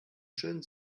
schön